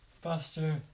faster